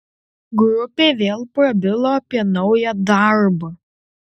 grupė vėl prabilo apie naują darbą